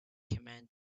command